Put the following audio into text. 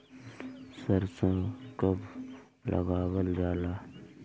सरसो कब लगावल जाला?